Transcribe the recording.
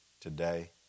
today